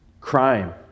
crime